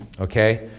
okay